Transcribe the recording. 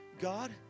God